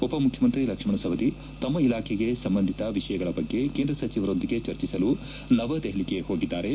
ಉಪಮುಖ್ಯಮಂತ್ರಿ ಲಕ್ಷ್ಣಣ್ ಸವದಿ ತಮ್ಮ ಇಲಾಖೆಗೆ ಸಂಬಂಧಿತ ವಿಷಯಗಳ ಬಗ್ಗೆ ಕೇಂದ್ರ ಸಚಿವರೊಂದಿಗೆ ಚರ್ಚಿಸಲು ನವದೆಹಲಿಗೆ ಹೋಗಿದ್ದಾರೆ